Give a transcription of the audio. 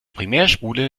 primärspule